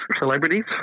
celebrities